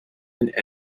and